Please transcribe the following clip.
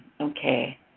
Okay